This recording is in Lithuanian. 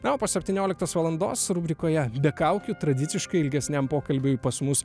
na o po septynioliktos valandos rubrikoje be kaukių tradiciškai ilgesniam pokalbiui pas mus